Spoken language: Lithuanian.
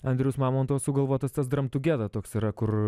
andriaus mamontovo sugalvotas tas drum together toks yra kur